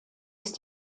ist